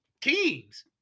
teams